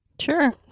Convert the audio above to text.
Sure